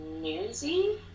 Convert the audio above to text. newsy